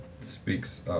speaks